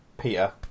Peter